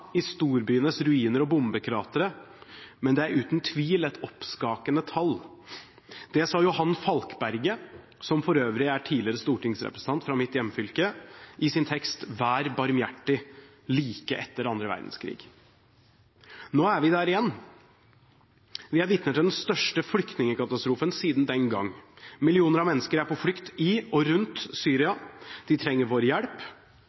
storbyenes ruiner og bombekratere – men det er uten tvil et oppskakende tall.» Det sa Johan Falkberget, for øvrig tidligere stortingsrepresentant fra mitt hjemfylke, i sin tekst «Vær barmhjertig» like etter annen verdenskrig. Nå er vi der igjen. Vi er vitner til den største flyktningkatastrofen siden den gang. Millioner av mennesker er på flukt i og rundt Syria. De trenger vår hjelp,